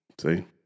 See